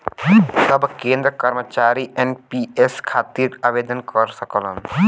सब केंद्र कर्मचारी एन.पी.एस खातिर आवेदन कर सकलन